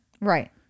Right